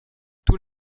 tous